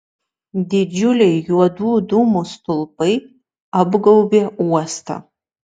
didžiuliai juodų dūmų stulpai apgaubė uostą